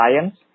science